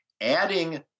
Adding